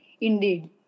Indeed